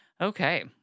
okay